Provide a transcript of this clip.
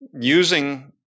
using